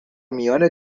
میان